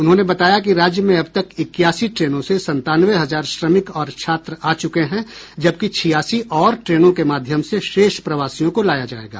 उन्होंने बताया कि राज्य में अब तक इक्यासी ट्रेनों से संतानवे हजार श्रमिक और छात्र आ चुके हैं जबकि छियासी और ट्रेनों के माध्यम से शेष प्रवासियों को लाया जायेगा